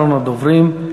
אחרון הדוברים,